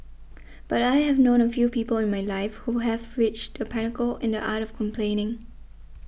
but I have known a few people in my life who have reached the pinnacle in the art of complaining